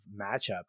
matchup